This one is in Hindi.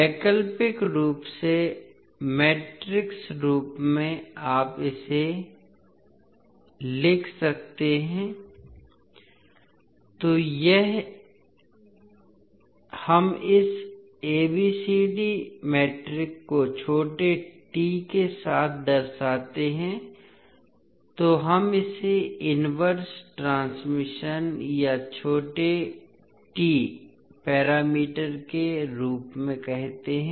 वैकल्पिक रूप से मैट्रिक्स रूप में आप इसे लिख सकते हैं तो हम इस abcd मैट्रिक्स को छोटे t के साथ दर्शाते हैं तो हम इसे इनवर्स ट्रांसमिशन या छोटे t पैरामीटर के रूप में कहते हैं